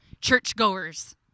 churchgoers